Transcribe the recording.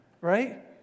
Right